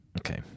Okay